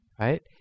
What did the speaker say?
right